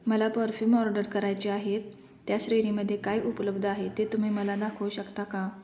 मला perfume order करायचे आहेत त्या श्रेणीमध्ये काय उपलब्ध आहे ते तुम्ही मला दाखवू शकता का